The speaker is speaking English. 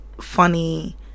funny